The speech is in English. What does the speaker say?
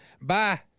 Bye